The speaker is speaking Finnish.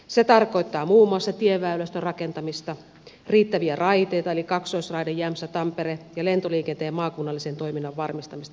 se tarkoittaa muun muassa tieväylästön rakentamista riittäviä raiteita eli kaksoisraidetta jämsätampere ja lentoliikenteen maakunnallisen toiminnan varmistamista tikkakosken osalta